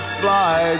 fly